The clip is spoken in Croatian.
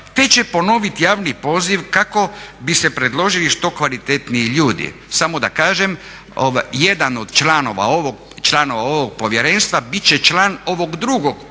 te će ponoviti javni poziv kako bi se predložili što kvalitetniji ljudi. Samo da kažem, jedan od članova ovog povjerenstva bit će član ovog drugog povjerenstva